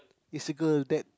is a girl that